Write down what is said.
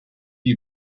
you